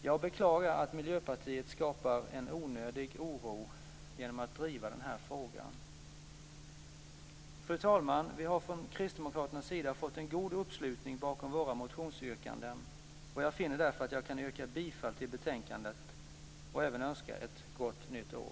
Jag beklagar att Miljöpartiet skapar en onödig oro genom att driva den här frågan. Fru talman! Vi har från kristdemokraternas sida fått en god uppslutning bakom våra motionsyrkanden, och jag finner därför att jag kan yrka bifall till hemställan i betänkandet och även önska ett gott nytt år.